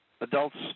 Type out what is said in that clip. adults